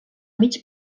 mig